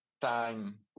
time